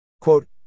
Quote